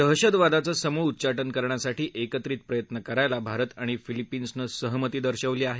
दहशतवादाचं समूळ उच्चाटन करण्यासाठी एकत्रित प्रयत्न करायला भारत आणि फिलिपीन्सनं सहमती दर्शवली आहे